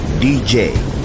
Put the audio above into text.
DJ